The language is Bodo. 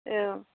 औ